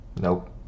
Nope